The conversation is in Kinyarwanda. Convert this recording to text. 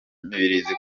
mibirizi